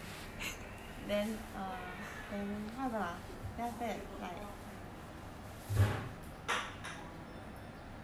then err then what happen uh then after that like what happen uh